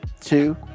Two